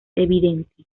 evidente